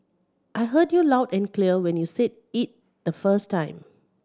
I heard you loud and clear when you said it the first time